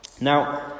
Now